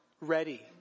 ready